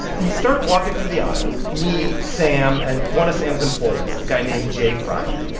we start walking through the aisles me, sam and one of sam's employees, a guy named jay freiday.